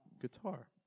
guitar